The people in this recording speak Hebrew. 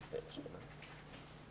בעיר השכנה.